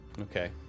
Okay